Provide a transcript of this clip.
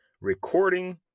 recording